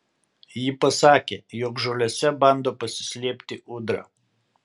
ji pasakė jog žolėse bando pasislėpti ūdra